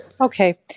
okay